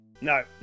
No